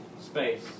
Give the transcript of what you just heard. space